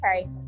okay